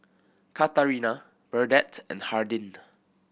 Katarina Burdette and Hardin